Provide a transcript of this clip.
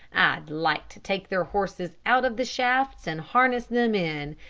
i'd like to take their horses out of the shafts and harness them in,